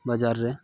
ᱵᱟᱡᱟᱨ ᱨᱮ